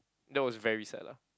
that was very sad lah